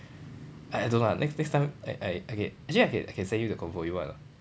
I don't know lah next next time I I okay actually I can I can send you the convo you want or not